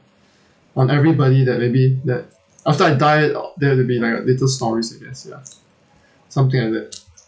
on everybody that maybe that after I die uh then there will be like little stories to discuss something like that